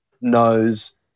knows